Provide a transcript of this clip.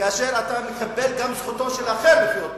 כאשר אתה מכבד גם את זכותו של אחר לחיות,